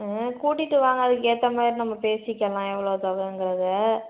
ம் கூட்டிகிட்டு வாங்க அதுக்கேற்ற மாதிரி நம்ம பேசிக்கலாம் எவ்வளோ தொகைங்கிறத